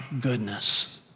goodness